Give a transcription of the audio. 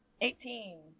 Eighteen